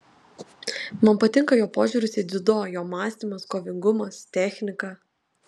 man patinka jo požiūris į dziudo jo mąstymas kovingumas technika